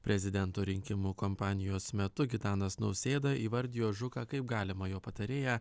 prezidento rinkimų kompanijos metu gitanas nausėda įvardijo žuką kaip galimą jo patarėją